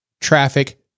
traffic